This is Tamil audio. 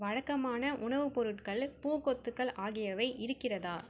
வழக்கமான உணவுப் பொருட்கள் பூக்கொத்துகள் ஆகியவை இருக்கிறதா